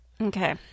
Okay